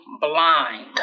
blind